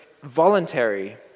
voluntary